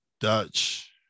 Dutch